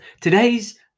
Today's